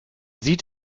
sieht